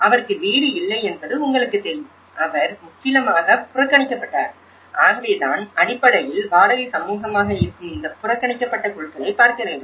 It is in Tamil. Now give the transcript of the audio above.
அவருக்கு வீடு இல்லை என்பது உங்களுக்குத் தெரியும் அவர் முற்றிலுமாக புறக்கணிக்கப்பட்டார் ஆகவேதான் அடிப்படையில் வாடகை சமூகமாக இருக்கும் இந்த புறக்கணிக்கப்பட்ட குழுக்களைப் பார்க்க வேண்டும்